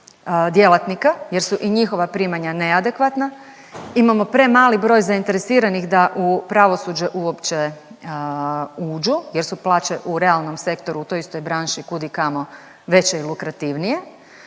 djelatnika jer su i njihova primanja neadekvatna. Imamo premali broj zainteresiranih da u pravosuđe uopće uđu, jer su plaće u realnom sektoru u toj istoj branši kud i kamo veće i lukrativnije.